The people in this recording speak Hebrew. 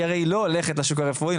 כי היא הרי לא הולכת לשוק הרפואי,